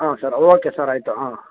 ಹಾಂ sir okay sir ಆಯಿತು ಹಾಂ